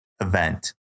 event